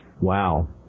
Wow